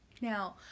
Now